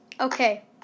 Okay